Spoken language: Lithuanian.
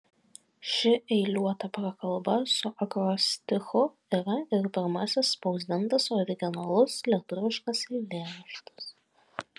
ši eiliuota prakalba su akrostichu yra ir pirmasis spausdintas originalus lietuviškas eilėraštis